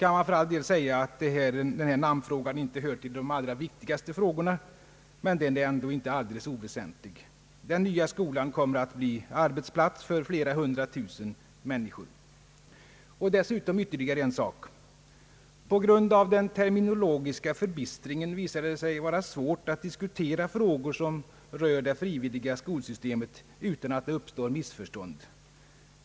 Man kan för all del säga att denna namnfråga inte hör till de allra viktigaste frågorna, men den är ändå inte alldeles oväsentlig. Den nya skolan kommer ju att bli arbetsplats för flera hundra tusen människor. Låt mig ytterligare framhålla en sak: På grund av den terminologiska förbistringen visar det sig svårt att diskutera frågor, som rör det frivilliga skolsystemet, utan att missförstånd uppstår.